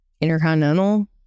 Intercontinental